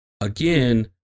again